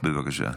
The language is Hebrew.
בבקשה.